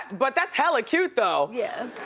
but that's hella cute though. yeah.